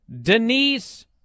Denise